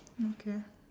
okay